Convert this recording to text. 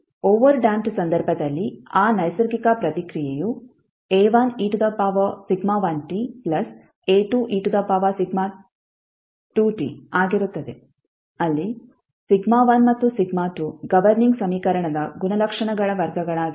over damped ಸಂದರ್ಭದಲ್ಲಿ ಆ ನೈಸರ್ಗಿಕ ಪ್ರತಿಕ್ರಿಯೆಯು ಆಗಿರುತ್ತದೆ ಅಲ್ಲಿ ಮತ್ತು ಗವರ್ನಿಂಗ್ ಸಮೀಕರಣದ ಗುಣಲಕ್ಷಣಗಳ ವರ್ಗಗಳಾಗಿವೆ